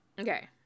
Okay